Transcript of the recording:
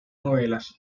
novelas